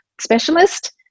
specialist